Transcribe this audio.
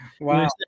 wow